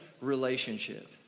relationship